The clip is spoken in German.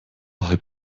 halb